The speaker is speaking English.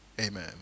Amen